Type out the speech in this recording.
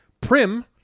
prim